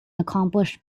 accomplished